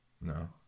No